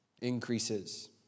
increases